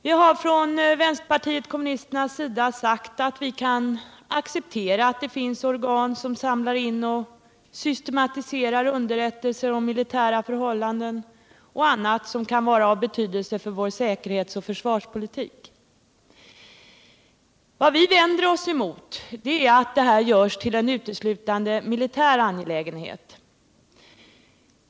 Vi har från vänsterpartiet kommunisternas sida sagt att vi kan acceptera att det finns organ som samlar in och systematiserar underrättelser om militära förhållanden och annat som kan vara av betydelse för vår säkerhets och försvarspolitik. Vad vi vänder oss emot är att detta görs till en uteslutande militär angelägenhet.